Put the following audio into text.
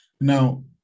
now